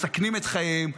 מסכנים את חייהם,